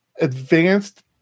advanced